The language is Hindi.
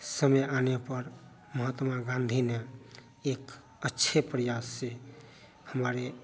समय आने पर महात्मा गांधी ने एक अच्छे प्रयास से हमारे